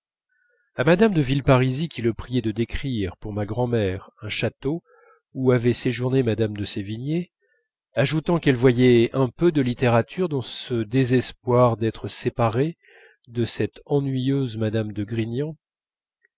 à mme de villeparisis qui le priait de décrire pour ma grand'mère un château où avait séjourné mme de sévigné ajoutant qu'elle voyait un peu de littérature dans ce désespoir d'être séparée de cette ennuyeuse mme de